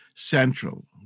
central